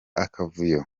akavuyo